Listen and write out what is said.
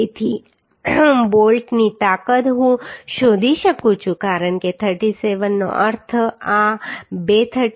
તેથી બોલ્ટની તાકાત હું શોધી શકું છું કારણ કે 37 નો અર્થ આ બે 37